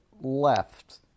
left